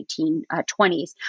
1920s